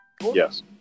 Yes